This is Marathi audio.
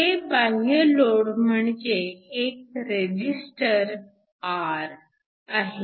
हे बाह्य लोड म्हणजे एक रेजिस्टर r आहे